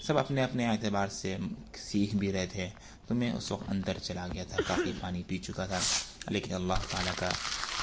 سب اپنے اپنے اعتبار سے سیکھ بھی رہے تھے تو میں اس وقت اندر چلا گیا تھا کافی پانی پی چکا تھا لیکن اللہ تعالیٰ کا